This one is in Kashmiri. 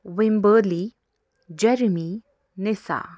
Wimberley Jeremy Nisa